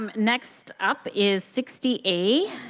um next up is sixty a,